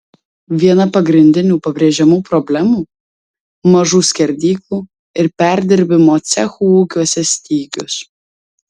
viena pagrindinių pabrėžiamų problemų mažų skerdyklų ir perdirbimo cechų ūkiuose stygius